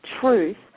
truth